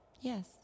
Yes